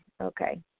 okay